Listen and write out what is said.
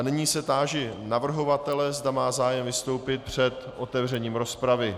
Nyní se táži navrhovatele, zda má zájem vystoupit před otevřením rozpravy.